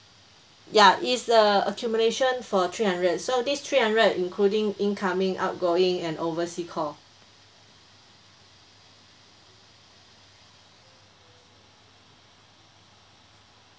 ya it's a accumulation for three hundred so this three hundred including incoming outgoing and oversea call